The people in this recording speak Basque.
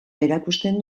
erakusten